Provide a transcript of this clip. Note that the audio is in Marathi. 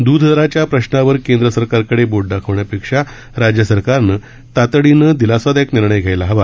दुध दराच्या प्रश्नावर केंद्र सरकारकडे बोट दाखविण्यापेक्षा राज्य सरकारने तातडीने दिलासादायक निर्णय घ्यायला हवा